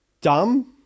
dumb